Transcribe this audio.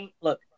Look